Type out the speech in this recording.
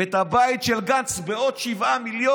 ואת הבית של גנץ, בעוד 7 מיליון.